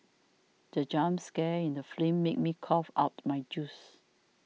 the jump scare in the film made me cough out my juice